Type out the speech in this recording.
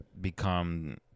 become